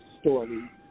story